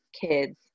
kids